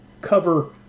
cover